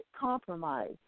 compromise